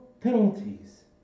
penalties